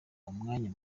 umwanya